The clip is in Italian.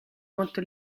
molto